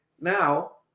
Now